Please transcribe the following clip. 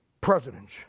Presidents